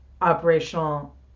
operational